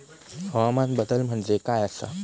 हवामान बदल म्हणजे काय आसा?